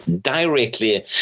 directly